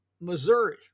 Missouri